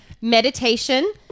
meditation